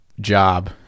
job